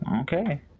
okay